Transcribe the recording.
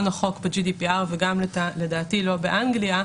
החוק ב-GDPR וגם לדעתי לא באנגליה,